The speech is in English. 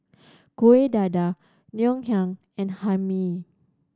Kueh Dadar Ngoh Hiang and Hae Mee